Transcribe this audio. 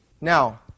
Now